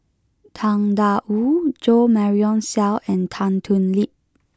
Tang Da Wu Jo Marion Seow and Tan Thoon Lip